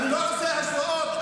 אני לא רוצה השוואות,